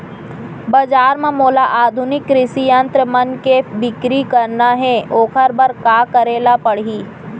बजार म मोला आधुनिक कृषि यंत्र मन के बिक्री करना हे ओखर बर का करे ल पड़ही?